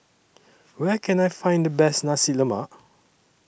Where Can I Find The Best Nasi Lemak